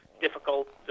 difficult